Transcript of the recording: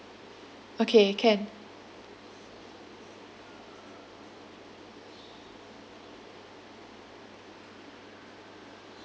okay can